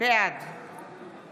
בעד